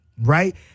right